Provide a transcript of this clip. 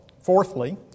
fourthly